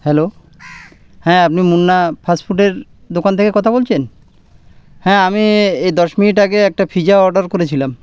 hello হ্যাঁ আপনি মুন্না ফাস্টফুডের দোকান থেকে কথা বলছেন হ্যাঁ আমি এই দশ মিনিট আগে একটা পিজা অর্ডার করেছিলাম